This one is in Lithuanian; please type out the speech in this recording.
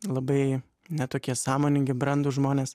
labai ne tokie sąmoningi brandūs žmonės